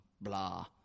blah